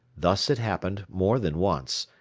thus it happened, more than once,